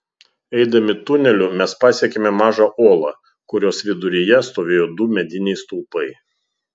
eidami tuneliu mes pasiekėme mažą olą kurios viduryje stovėjo du mediniai stulpai